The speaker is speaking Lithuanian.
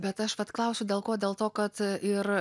bet aš vat klausiu dėl ko dėl to kad ir